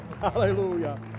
Hallelujah